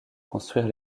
construire